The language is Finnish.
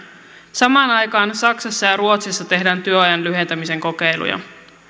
samaan aikaan saksassa ja ruotsissa tehdään työajan lyhentämisen kokeiluja